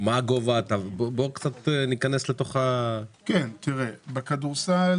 תראה, בכדורסל